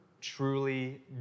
truly